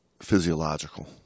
physiological